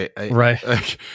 Right